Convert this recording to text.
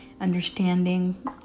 understanding